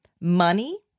money